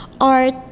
art